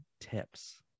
tips